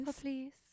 please